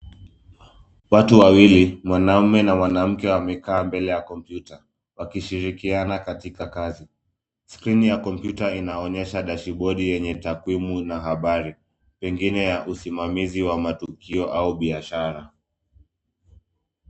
Watu wawili, mwanaume na mwanamke wamekaa mbele ya kompyuta wakishirikiana katika kazi. Skrini ya kompyuta inaonyesha dashibodi yenye takwimu na habari nyingine ya usimamizi wa matukio au biashara